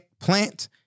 plant